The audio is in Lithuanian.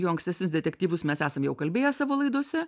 jo ankstesnius detektyvus mes esam jau kalbėję savo laidose